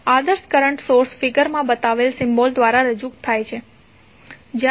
આદર્શ current source figure માં બતાવેલ સિમ્બોલ દ્વારા રજૂ થાય છે